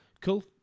cool